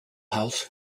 house